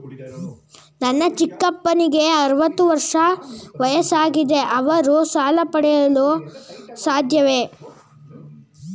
ನನ್ನ ಚಿಕ್ಕಪ್ಪನಿಗೆ ಅರವತ್ತು ವರ್ಷ ವಯಸ್ಸಾಗಿದೆ ಅವರು ಸಾಲ ಪಡೆಯಲು ಸಾಧ್ಯವೇ?